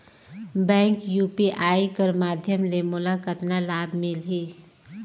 Bank UPI कर माध्यम ले मोला कतना लाभ मिली?